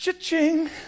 ching